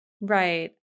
Right